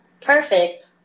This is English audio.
perfect